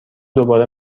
دوباره